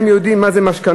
הם יודעים מה זה משכנתאות.